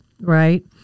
right